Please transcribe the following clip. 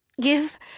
Give